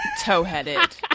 toe-headed